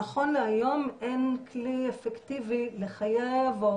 נכון להיום אין כלי אפקטיבי לחייב או